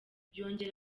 yongera